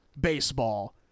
baseball